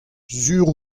sur